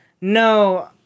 no